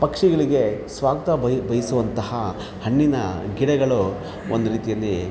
ಪಕ್ಷಿಗಳಿಗೆ ಸ್ವಾಗತ ಬಯ್ ಬಯಸುವಂತಹ ಹಣ್ಣಿನ ಗಿಡಗಳು ಒಂದು ರೀತಿಯಲ್ಲಿ